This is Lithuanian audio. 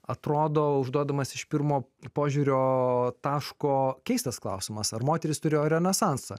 atrodo užduodamas iš pirmo požiūrio taško keistas klausimas ar moterys turėjo renesansą